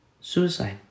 Suicide